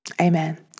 Amen